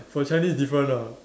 for Chinese different ah